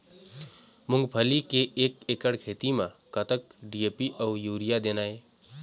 मूंगफली के एक एकड़ खेती म कतक डी.ए.पी अउ यूरिया देना ये?